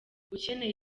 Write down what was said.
ukeneye